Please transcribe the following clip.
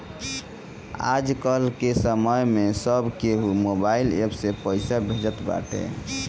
आजके समय में सब केहू मोबाइल एप्प से पईसा भेजत बाटे